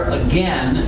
again